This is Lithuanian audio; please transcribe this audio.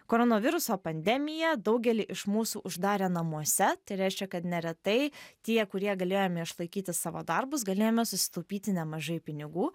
koronaviruso pandemija daugelį iš mūsų uždarė namuose tai reiškia kad neretai tie kurie galėjome išlaikyti savo darbus galėjome susitaupyti nemažai pinigų